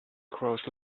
crows